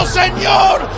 señor